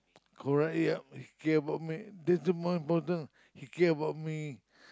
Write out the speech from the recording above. correct ya he care about me that's the more important he care about me